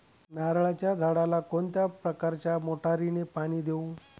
नारळाच्या झाडाला कोणत्या प्रकारच्या मोटारीने पाणी देऊ?